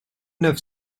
neuf